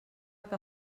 que